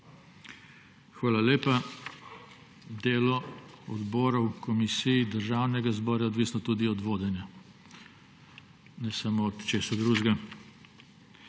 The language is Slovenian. Hvala lepa. Delo odborov, komisij Državnega zbora je odvisno tudi od vodenja, ne samo od česa drugega.